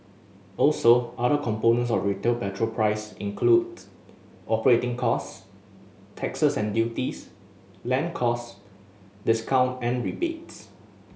also other components of retail petrol price includes operating cost taxes and duties land cost discount and rebates